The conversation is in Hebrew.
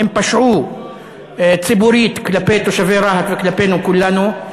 הם פשעו ציבורית כלפי תושבי רהט וכלפינו כולנו,